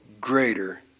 greater